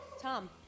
Tom